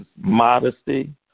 modesty